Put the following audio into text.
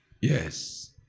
Yes